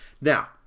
Now